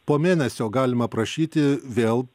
po mėnesio galima prašyti vėl